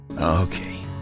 Okay